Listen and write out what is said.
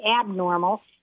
abnormal